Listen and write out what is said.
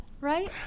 Right